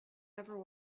ever